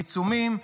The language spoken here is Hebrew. עיצומים,